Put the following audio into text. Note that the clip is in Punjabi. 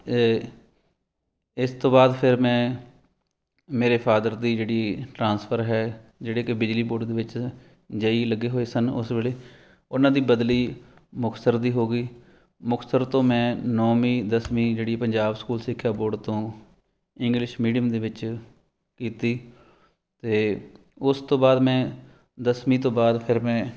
ਇਸ ਤੋਂ ਬਾਅਦ ਫਿਰ ਮੈਂ ਮੇਰੇ ਫਾਦਰ ਦੀ ਜਿਹੜੀ ਟ੍ਰਾਂਸਫਰ ਹੈ ਜਿਹੜੇ ਕਿ ਬਿਜਲੀ ਬੋਰਡ ਦੇ ਵਿੱਚ ਜ ਈ ਲੱਗੇ ਹੋਏ ਸਨ ਉਸ ਵੇਲੇ ਉਹਨਾਂ ਦੀ ਬਦਲੀ ਮੁਕਤਸਰ ਦੀ ਹੋ ਗਈ ਮੁਕਤਸਰ ਤੋਂ ਮੈਂ ਨੌਵੀਂ ਦਸਵੀਂ ਜਿਹੜੀ ਪੰਜਾਬ ਸਕੂਲ ਸਿੱਖਿਆ ਬੋਰਡ ਤੋਂ ਇੰਗਲਿਸ਼ ਮੀਡੀਅਮ ਦੇ ਵਿੱਚ ਕੀਤੀ ਅਤੇ ਉਸ ਤੋਂ ਬਾਅਦ ਮੈਂ ਦਸਵੀਂ ਤੋਂ ਬਾਅਦ ਫਿਰ ਮੈਂ